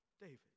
David